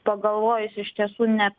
pagalvojus iš tiesų ne